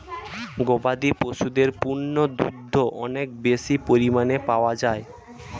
গবাদি পশুদের পণ্য দুগ্ধ অনেক বেশি পরিমাণ পাওয়া যায়